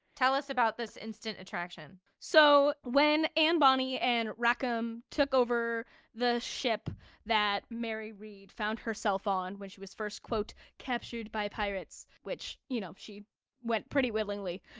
tell us about this instant attraction so when anne bonny and rackham took over the ship that mary read found herself on when she was first, quote, captured by pirates which, you know, she went pretty willingly.